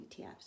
ETFs